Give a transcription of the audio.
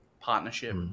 partnership